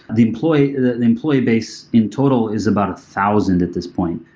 the employee-base the employee-base in total is about a thousand at this point,